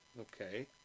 Okay